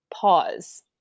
pause